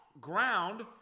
ground